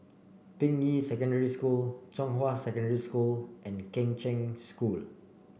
Ping Yi Secondary School Zhonghua Secondary School and Kheng Cheng School